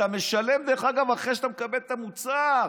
אתה משלם אחרי שאתה מקבל את המוצר,